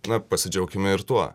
na pasidžiaukime ir tuo